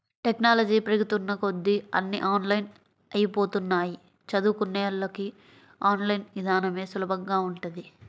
technology పెరుగుతున్న కొద్దీ అన్నీ ఆన్లైన్ అయ్యిపోతన్నయ్, చదువుకున్నోళ్ళకి ఆన్ లైన్ ఇదానమే సులభంగా ఉంటది